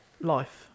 life